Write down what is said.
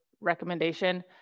recommendation